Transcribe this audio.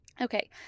Okay